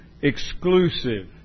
exclusive